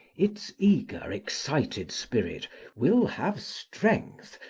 its eager, excited spirit will have strength,